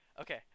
Okay